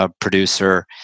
producer